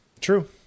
True